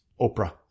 Oprah